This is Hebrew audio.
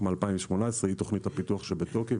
מ-2018 זאת תוכנית הפיתוח שבתוקף,